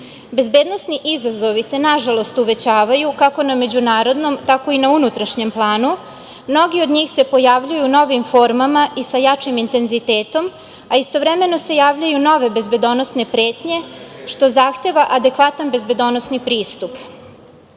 bezbednosti. Bezbednosni izazovi se nažalost uvećavaju, kako na međunarodnom, tako i na unutrašnjem planu. Mnogi od njih se pojavljuju novim formama i sa jačim intenzitetom, a istovremeno se javljaju nove bezbedonosne pretnje što zahteva adekvatan bezbedonosni pristup. Ogroman